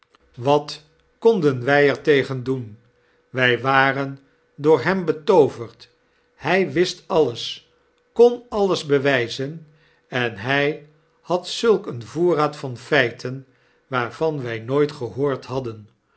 wat konden wij er tegen doen wy waren door hem betooverd hij wist alles kon alles bewyzen en hij had zulk een voorraad van feiten waarvan wtj nooit gehoord hadden